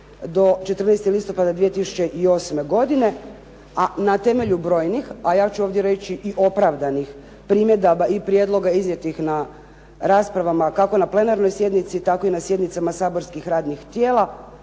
do 14. listopada 2008. godine a na temelju brojnih a ja ću ovdje reći i opravdanih primjedaba i prijedloga iznijetih na raspravama kako na plenarnoj sjednici tako i na sjednicama saborskih radnih tijela.